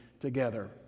together